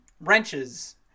Wrenches